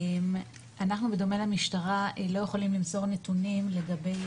אנחנו בדומה למשטרה לא יכולים למסור נתונים לגבי